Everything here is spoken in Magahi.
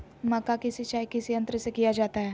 मक्का की सिंचाई किस यंत्र से किया जाता है?